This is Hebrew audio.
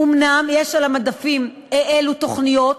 אומנם יש על המדפים אי-אלו תוכניות,